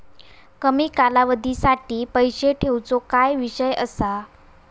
कमी कालावधीसाठी पैसे ठेऊचो काय विषय असा?